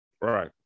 right